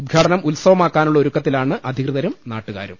ഉദ്ഘാടനം ഉത്സവമാക്കാനുള്ള ഒരുക്കത്തിലാണ് അധികൃതരും നാട്ടുകാരും